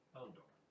Eldor